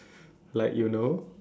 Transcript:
like you know